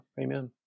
Amen